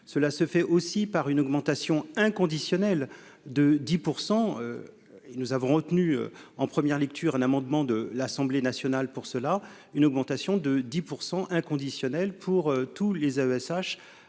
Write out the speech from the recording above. cela se fait aussi par une augmentation inconditionnel de 10 pour 100, et nous avons retenu en première lecture un amendement de l'Assemblée nationale pour cela une augmentation de 10 pour 100 inconditionnelle pour tous les AESH